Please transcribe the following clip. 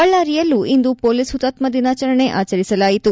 ಬಳ್ದಾರಿಯಲ್ಲೂ ಇಂದು ಮೊಲೀಸ್ ಹುತಾತ್ನ ದಿನಾಚರಣೆ ಆಚರಿಸಲಾಯಿತು